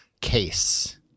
case